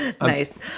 nice